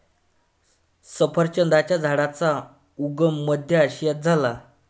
सफरचंदाच्या झाडाचा उगम मध्य आशियात झाला